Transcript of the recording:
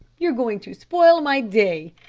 you're going to spoil my day.